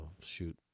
shoot